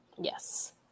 Yes